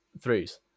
threes